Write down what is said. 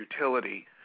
utility